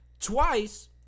Twice